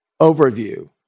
overview